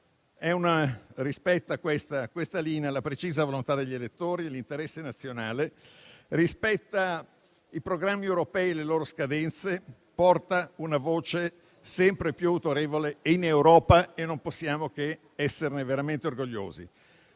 linea rispetta la precisa volontà degli elettori, l'interesse nazionale, i programmi europei e le loro scadenze e porta una voce sempre più autorevole in Europa. Di questo non possiamo che essere veramente orgogliosi.